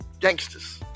Gangsters